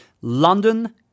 London